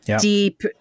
deep